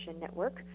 network